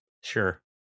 Sure